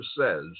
says